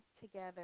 together